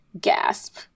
gasp